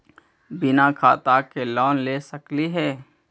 बिना खाता के लोन ले सकली हे?